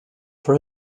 for